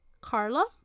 Carla